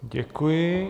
Děkuji.